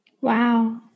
Wow